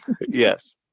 Yes